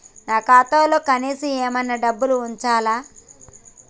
నా ఖాతాలో కనీసం ఏమన్నా డబ్బులు ఉంచాలా?